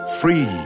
Free